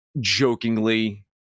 Jokingly